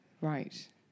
Right